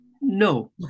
No